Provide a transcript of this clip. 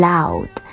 Loud